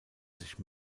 sich